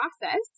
process